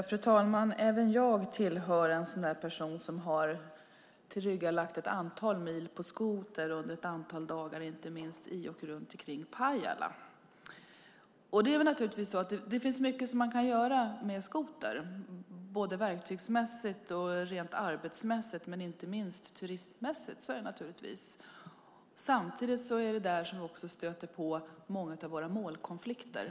Fru talman! Även jag är en person som under ett antal dagar tillryggalagt ett antal mil på skoter, inte minst i och kring Pajala. Naturligtvis kan man göra mycket med en skoter - verktygsmässigt, rent arbetsmässigt och inte minst turistmässigt. Samtidigt är det också här som vi stöter på många av våra målkonflikter.